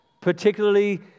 particularly